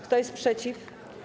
Kto jest przeciw?